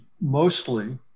mostly